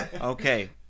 Okay